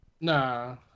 Nah